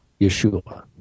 Yeshua